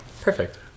Perfect